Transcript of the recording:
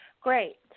great